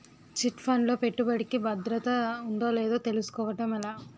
Chit fund లో పెట్టుబడికి భద్రత ఉందో లేదో తెలుసుకోవటం ఎలా?